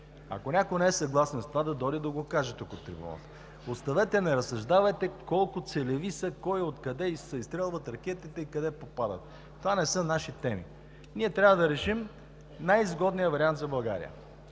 Ако някой не е съгласен с това, да дойде да го каже тук, от трибуната. Оставете, не разсъждавайте колко целеви са, от къде се изстрелват ракетите и къде попадат. Това не са наши теми. Ние трябва да решим най-изгодния вариант за България.